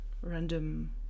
random